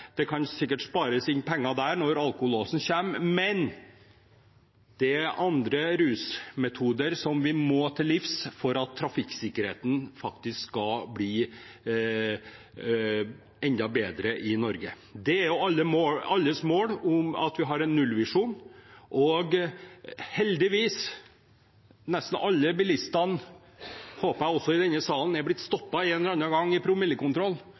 det kan spares inn penger der når alkolåsen kommer. Men det er også andre rusmetoder vi må til livs for at trafikksikkerheten skal bli enda bedre i Norge. Det er alles mål å ha en nullvisjon, og heldigvis er nesten alle bilister – jeg håper også i denne sal – stoppet en eller annen gang i promillekontroll.